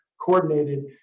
coordinated